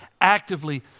Actively